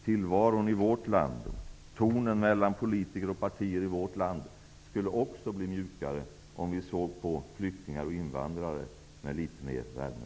Tillvaron i vårt land, tonen mellan politiker och partier i vårt land skulle också bli mjukare om vi såg på flyktingar och invandrare med litet mer värme.